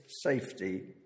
safety